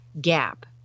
Gap